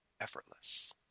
effortless